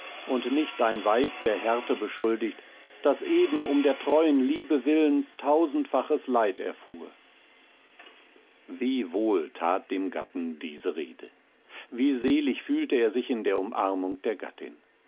und nicht dein weib der härte beschuldigt das eben um der treuen liebe willen tausendfaches leid erfuhr wie wohl that dem gatten diese rede wie selig fühlte er sich in der umarmung der gattin